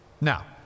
Now